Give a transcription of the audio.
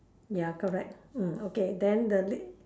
ya correct mm okay then the la~